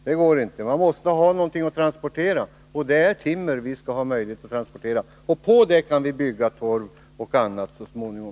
— Det går inte. Man måste ha något att transportera, och det är timmer vi skall ha möjlighet att transportera. Sedan kan vi så småningom bygga på med torv och annat.